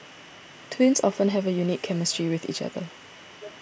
twins often have a unique chemistry with each other